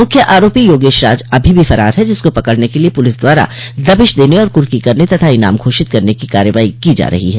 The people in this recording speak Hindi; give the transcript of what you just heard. मुख्य आरोपी योगेश राज अभी भी फरार है जिसको पकड़ने के लिये पुलिस द्वारा दबिश देने और कुर्की करने तथा इनाम घोषित करने की कार्रवाई की जा रही है